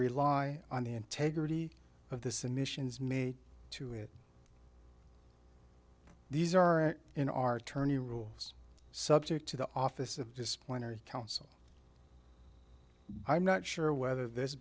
rely on the integrity of the submissions made to it these are in our tourney rules subject to the office of disciplinary counsel i'm not sure whether this